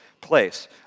place